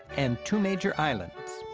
and two major islands.